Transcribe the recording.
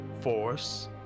force